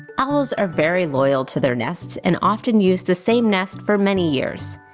owls are very loyal to their nests and often use the same nest for many years.